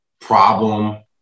problem